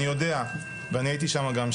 אני יודע ואני הייתי שמה גם,